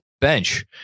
bench